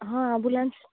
ହଁ ଆମ୍ବୁଲାନ୍ସ